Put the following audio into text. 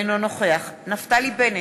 אינו נוכח נפתלי בנט,